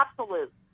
absolute